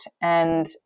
And-